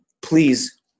please